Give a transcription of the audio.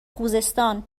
خوزستان